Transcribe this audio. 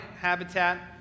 habitat